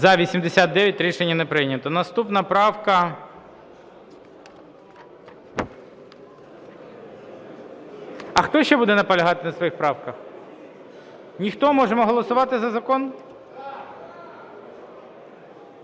За-89 Рішення не прийнято. Наступна правка… А хто ще буде наполягати на своїх правках? Ніхто? Можемо голосувати за закон?